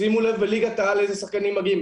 שימו לב בליגת העל איזה שחקנים מגיעים.